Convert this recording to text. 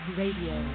radio